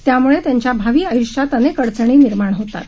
त्यामुळे त्यांच्या भावी आयुष्यात अनेक अडचणी निर्माण होतात